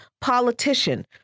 politician